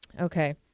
Okay